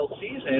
season